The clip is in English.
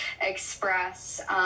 express